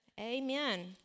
Amen